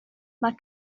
mae